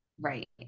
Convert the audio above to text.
Right